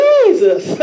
Jesus